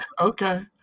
Okay